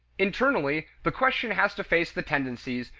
internally, the question has to face the tendencies,